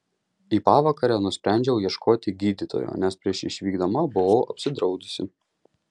į pavakarę nusprendžiau ieškoti gydytojo nes prieš išvykdama buvau apsidraudusi